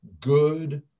good